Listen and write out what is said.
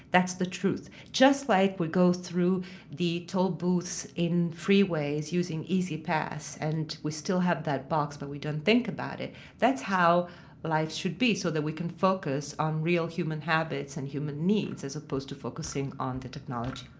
that's the truth. just like we go through the toll booths in freeways using ez pass and we still have that box but we don't think about it that's how life should be, so we can focus on real human habits and human needs, as opposed to focusing on the technology